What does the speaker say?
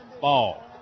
ball